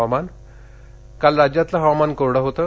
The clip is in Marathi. हवामान काल राज्यातलं हवामान कोरडं होतं